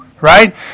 Right